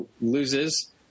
loses